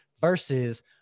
versus